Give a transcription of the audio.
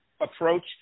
approach